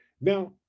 Now